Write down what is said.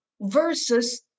versus